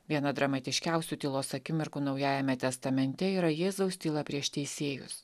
viena dramatiškiausių tylos akimirkų naujajame testamente yra jėzaus tyla prieš teisėjus